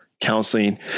counseling